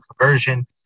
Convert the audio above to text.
conversion